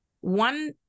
one